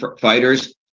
fighters